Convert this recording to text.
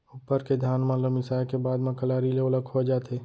उप्पर के धान मन ल मिसाय के बाद म कलारी ले ओला खोय जाथे